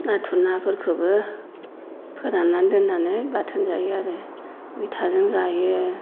नाथुर नाफोरखौबो फोरानना दोननानै बाथोन जायो आरो मैथाजों जायो